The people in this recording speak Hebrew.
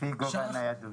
לפי גובה הניידות.